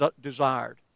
desired